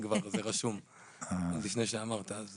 זה כבר רשום עוד לפני שאמרת.